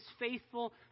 faithful